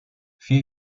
vier